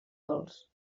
dolç